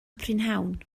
prynhawn